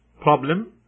problem